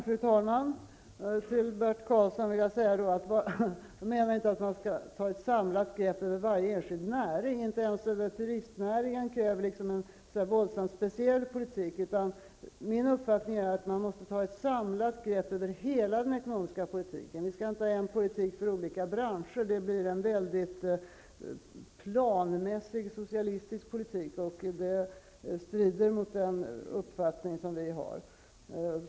Fru talman! Till Bert Karlsson vill jag säga att jag menar inte att man skall ta ett samlat grepp över varje särskild näring. Inte ens turistnäringen kräver en våldsamt speciell politik, utan min uppfattning är att man måste ta ett samlat grepp över hela den ekonomiska politiken. Vi skall inte ha en särskild politik för olika branscher, för det skulle bli en planmässig, socialistisk politik, och det strider mot den uppfattning som vi har.